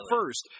first